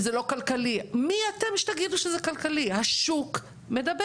מי שיכול להקים קודם, שיקים